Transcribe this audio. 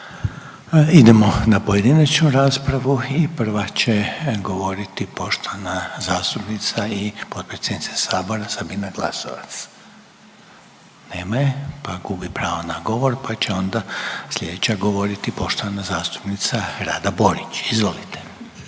Idemo na pojedinačnu raspravu i prva će govoriti poštovana zastupnica i potpredsjednica Sabora Sabina Glasovac. Nema je pa gubi pravo na govor, pa će onda sljedeća govoriti poštovana zastupnica Rada Borić. Izvolite.